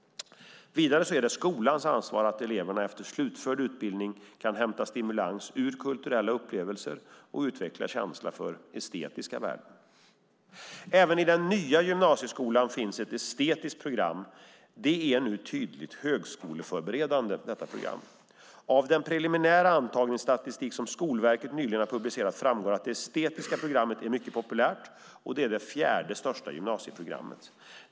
Vidare är det skolans ansvar att eleverna efter slutförd utbildning kan hämta stimulans ur kulturella upplevelser och utveckla känsla för estetiska värden. Även i den nya gymnasieskolan finns ett estetiskt program, men detta program är nu tydligt högskoleförberedande. Av den preliminära antagningsstatistik som Skolverket nyligen har publicerat framgår att det estetiska programmet är mycket populärt och det fjärde största programmet.